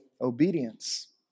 obedience